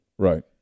Right